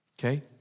Okay